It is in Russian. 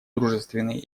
дружественные